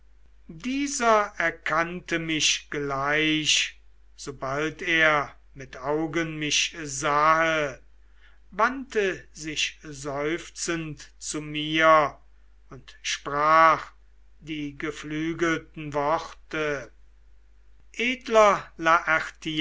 dieser erkannte mich gleich sobald er mit augen mich sahe wandte sich seufzend zu mir und sprach die geflügelten worte edler